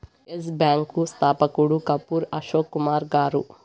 yes Bank స్థాపకుడు కపూర్ అశోక్ కుమార్ గారు